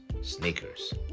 sneakers